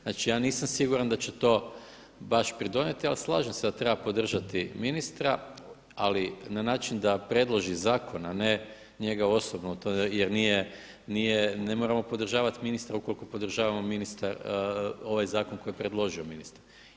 Znači ja nisam siguran da će to baš pridonijeti, ali slažem da da treba podržati ministra ali na način da predloži zakon, a ne njega osobno jer nije, ne moramo podržati ministra ukoliko podržavamo ovaj zakon koji je predložio ministar.